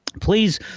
Please